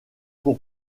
pour